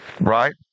Right